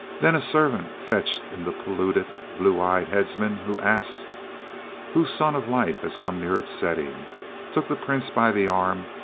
then a servant fetched in the polluted, blue-eyed headsman, who asked whose sun of life has come near its setting took the prince by the arm,